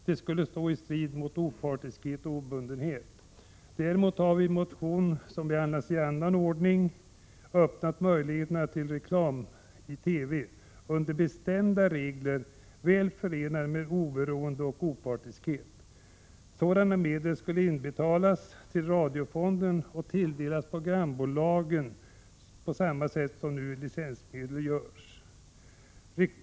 Det skulle stå i strid med opartiskheten och obundenheten. Däremot har vi i en motion som behandlas i annat sammanhang föreslagit möjligheten till reklam i TV med bestämda regler, väl förenade med oberoende och opartiskhet. Sådana reklammedel skulle inbetalas till radiofonden och tilldelas programbolagen på samma sätt som licensmedlen.